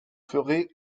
ferez